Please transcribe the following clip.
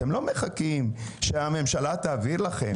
אתם לא מחכים שהממשלה תעביר לכם.